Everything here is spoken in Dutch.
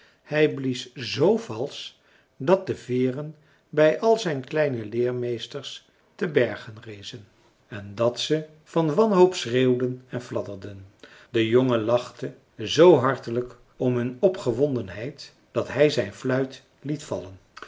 hij blies z valsch dat de veeren bij al zijn kleine leermeesters te berge rezen en dat ze van wanhoop schreeuwden en fladderden de jongen lachte zoo hartelijk om hun opgewondenheid dat hij zijn fluit liet vallen